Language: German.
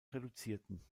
reduzierten